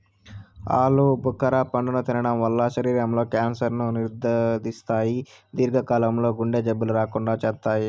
ఆలు భుఖర పండును తినడం వల్ల శరీరం లో క్యాన్సర్ ను నిరోధిస్తాయి, దీర్ఘ కాలం లో గుండె జబ్బులు రాకుండా చేత్తాయి